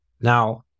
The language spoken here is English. Now